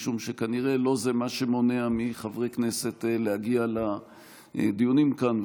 משום שכנראה לא זה מה שמונע מחברי כנסת להגיע לדיונים כאן,